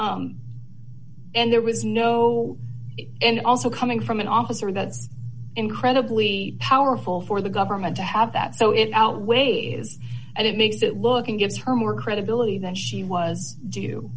by and there was no and also coming from an officer that's incredibly powerful for the government to have that so it outweighs and it makes it look and gives her more credibility that she was